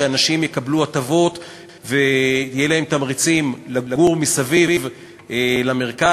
שאנשים יקבלו הטבות ויהיו להם תמריצים לגור מסביב למרכז,